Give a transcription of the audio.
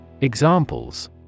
Examples